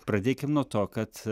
pradėkim nuo to kad